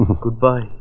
Goodbye